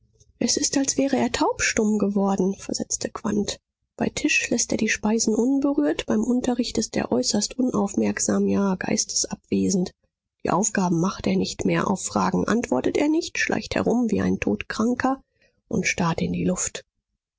es ist als wäre er taubstumm geworden versetzte quandt bei tisch läßt er die speisen unberührt beim unterricht ist er äußerst unaufmerksam ja geistesabwesend die aufgaben macht er nicht mehr auf fragen antwortet er nicht schleicht herum wie ein todkranker und starrt in die luft